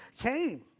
came